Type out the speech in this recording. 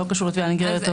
לא קשור לתביעה נגררת.